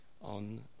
on